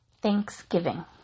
Thanksgiving